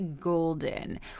golden